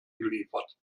geliefert